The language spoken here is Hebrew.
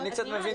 לפנימיות.